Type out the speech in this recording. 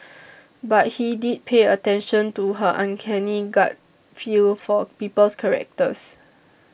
but he did pay attention to her uncanny gut feel for people's characters